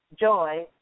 joy